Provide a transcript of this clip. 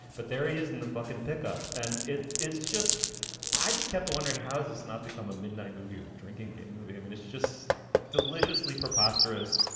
but there he is in the fuckin pickup. and it's it's just i just kept wondering, how is this not become a midnight movie or a drinking game movie? i mean, it's just deliciously preposterous,